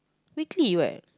weekly what